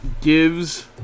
gives